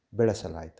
ಬೆಳೆಸಲಾಯಿತು